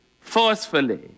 forcefully